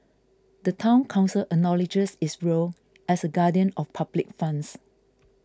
the Town Council acknowledges its role as a guardian of public funds